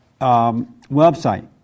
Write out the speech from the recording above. website